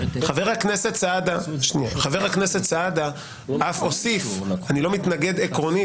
חבר הכנסת סעדה אף אוסיף אני לא מתנגד עקרונית,